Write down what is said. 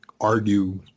argue